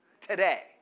today